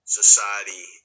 society